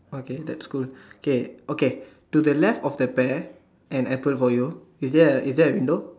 okay that's good okay okay to the left of the pear and apple for you is there is there a window